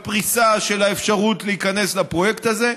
ופריסה של האפשרות להיכנס לפרויקט הזה.